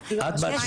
שרן,